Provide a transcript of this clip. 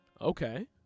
Okay